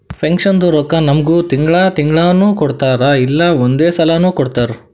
ಪೆನ್ಷನ್ದು ರೊಕ್ಕಾ ನಮ್ಮುಗ್ ತಿಂಗಳಾ ತಿಂಗಳನೂ ಕೊಡ್ತಾರ್ ಇಲ್ಲಾ ಒಂದೇ ಸಲಾನೂ ಕೊಡ್ತಾರ್